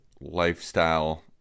lifestyle